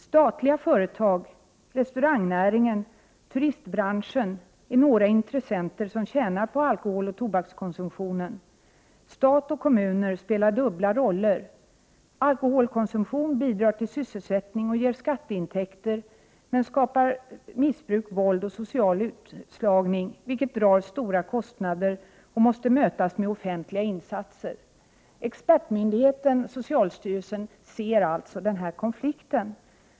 Statliga företag, restaurangnäringen, turistbranschen är några intressenter som tjänar på alkoholoch tobakskonsumtionen. Stat och kommuner spelar dubbla roller. Alkoholkonsumtion bidrar till sysselsättning och ger skatteintäker men skapar missbruk, våld och social utslagning, vilket drar stora kostnader och måste mötas med offentliga insatser. Expertmyndigheten socialstyrelsen ser alltså denna konflikt.